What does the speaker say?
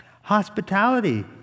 hospitality